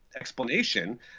explanation